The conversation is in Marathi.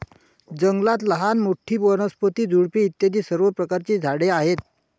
जंगलात लहान मोठी, वनस्पती, झुडपे इत्यादी सर्व प्रकारची झाडे आहेत